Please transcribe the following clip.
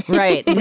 right